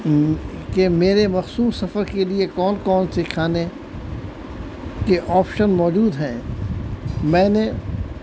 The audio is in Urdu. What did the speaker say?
کہ میرے مخصوص سفر کے لیے کون کون سے کھانے کے آپشن موجود ہیں میں نے